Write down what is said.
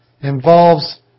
involves